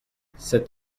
cet